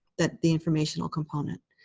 the the informational component.